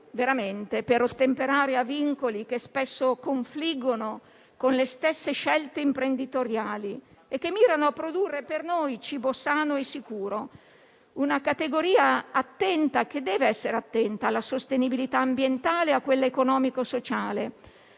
veramente, per ottemperare a vincoli che spesso confliggono con le stesse scelte imprenditoriali e che mirano produrre per noi cibo sano e sicuro; una categoria attenta, che deve essere attenta, alla sostenibilità ambientale e a quella economico-sociale.